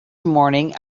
morning